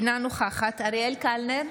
אינה נוכחת אריאל קלנר,